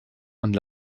und